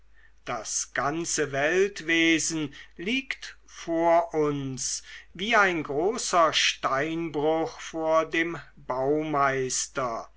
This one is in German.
das ganze weltwesen liegt vor uns wie ein großer steinbruch vor dem baumeister